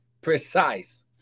precise